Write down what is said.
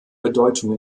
bedeutung